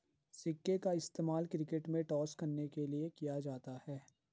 सिक्के का इस्तेमाल क्रिकेट में टॉस करने के लिए किया जाता हैं